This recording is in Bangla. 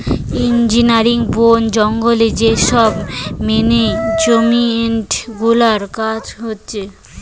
ইঞ্জিনারিং, বোন জঙ্গলে যে সব মেনেজমেন্ট গুলার কাজ হতিছে